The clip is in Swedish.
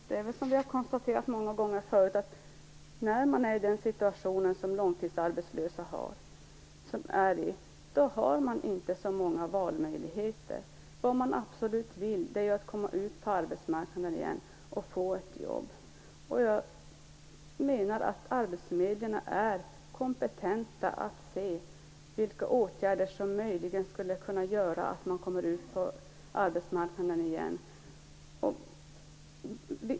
Fru talman! Det är väl som vi har konstaterat många gånger förut: När man befinner sig i den situation som långtidsarbetslösa gör har man inte så många valmöjligheter. Vad man absolut vill är ju att komma ut på arbetsmarknaden igen och få ett jobb. Jag menar att arbetsförmedlingarna är kompetenta att se vilka åtgärder som möjligen skulle kunna göra att man kom ut på arbetsmarknaden igen.